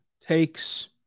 takes